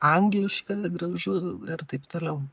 angliška gražu ir taip toliau